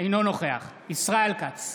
אינו נוכח ישראל כץ,